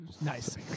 Nice